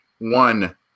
one